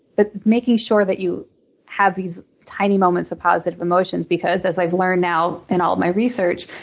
but making sure that you have these tiny moment of positive emotions because, as i've learned now in all my research,